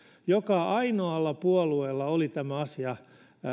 joka ainoalla puolueella oli tämä asia